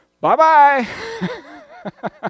Bye-bye